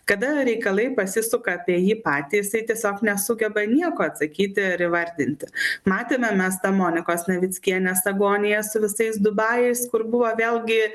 kada reikalai pasisuka apie jį patį jisai tiesiog nesugeba nieko atsakyti ar įvardinti matėme mes tą monikos navickienės agoniją su visais dubajais kur buvo vėlgi